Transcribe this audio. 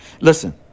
Listen